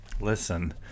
Listen